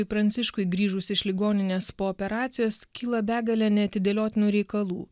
pranciškui grįžus iš ligoninės po operacijos kyla begalė neatidėliotinų reikalų